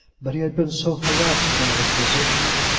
but he had been so harassed by his position,